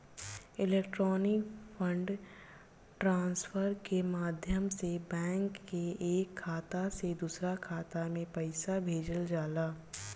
electronic fund transfer के माध्यम से बैंक के एक खाता से दूसरा खाता में पईसा भेजल जाला